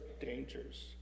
dangers